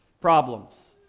problems